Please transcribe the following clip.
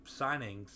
signings